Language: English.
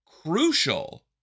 crucial